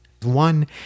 One